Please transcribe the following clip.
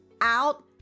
out